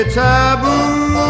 taboo